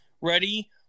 Ready